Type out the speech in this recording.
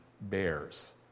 Bears